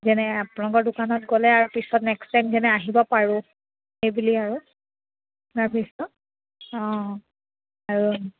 যেনে আপোনালোকৰ দোকানত গ'লে আৰু পিছত নেক্সট টাইম যেনে আহিব পাৰোঁ সেইবুলি আৰু তাৰপিছত অঁ আৰু